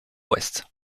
ouest